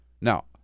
Now